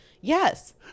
yes